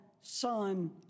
Son